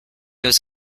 was